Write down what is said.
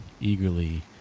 eagerly